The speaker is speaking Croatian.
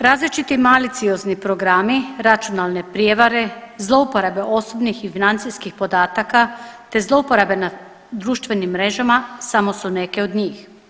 Različiti maliciozni programi računalne prijevare, zlouporabe osobnih i financijskih podataka te zlouporabe na društvenim mrežama samo su neke od njih.